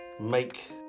make